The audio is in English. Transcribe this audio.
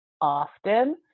often